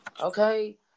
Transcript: Okay